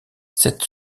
cette